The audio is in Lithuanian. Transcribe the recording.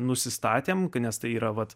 nusistatėme nes tai yra vat